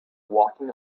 walking